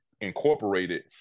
Incorporated